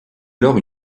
alors